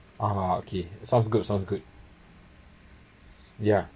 a'ah okay sounds good sounds good ya